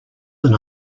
than